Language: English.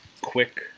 quick